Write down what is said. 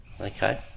Okay